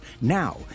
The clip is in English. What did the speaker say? Now